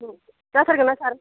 जाथारगोनना सार